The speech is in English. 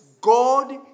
God